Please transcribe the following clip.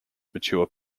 mature